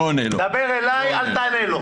דבר אליי, אל תענה לו.